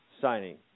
signing